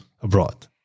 abroad